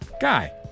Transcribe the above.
Guy